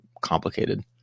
complicated